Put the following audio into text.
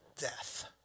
death